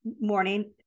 morning